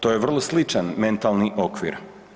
To je vrlo sličan mentalni okvir.